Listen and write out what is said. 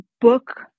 Book